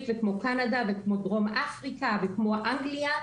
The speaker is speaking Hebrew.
וכמו קנדה וכמו דרום אפריקה וכמו אנגליה,